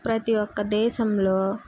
ప్రతి ఒక్క దేశంలో